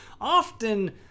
Often